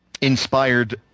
inspired